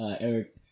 Eric